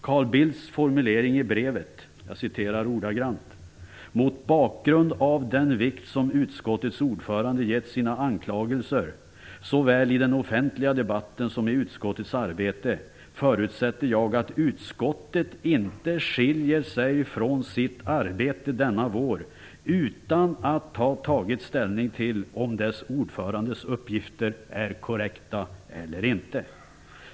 Carl Bildt skriver i brevet: "Mot bakgrund av den vikt som utskottets ordförande gett sina anklagelser såväl i den offentliga debatten som i utskottets arbete förutsätter jag att utskottet inte skiljer sig från sitt arbete denna vår utan att ha tagit ställning till om dess ordförandes uppgifter är korrekta eller inte."